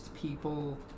people